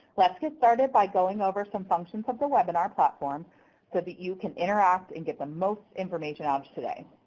let's get started by going over some functions of the webinar platform so that you can interact and get the most information out of today.